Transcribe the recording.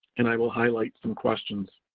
and i will highlight some questions.